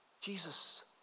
Jesus